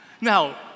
Now